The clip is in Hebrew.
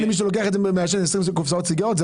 שלוקח את זה מעשן 20 קופסאות סיגריות?